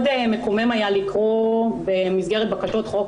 היה מאוד מקומם לקרוא במסגרת בקשות על פי חוק